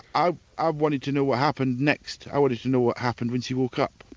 i ah wanted to know what happened next, i wanted to know what happened when she woke up